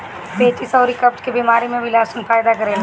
पेचिस अउरी कब्ज के बेमारी में भी लहसुन फायदा करेला